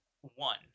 one